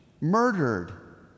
murdered